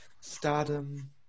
stardom